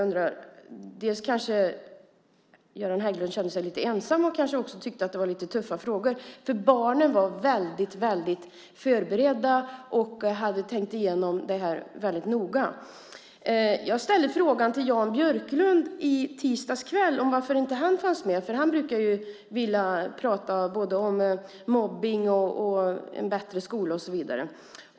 Göran Hägglund kanske kände sig lite ensam, men jag undrar om han också tyckte att det var lite tuffa frågor. Barnen var mycket väl förberedda och hade tänkt igenom det här väldigt noga. Jag ställde frågan till Jan Björklund i tisdags kväll varför inte han fanns med. Han brukar ju vilja prata både om mobbning och om en bättre skola.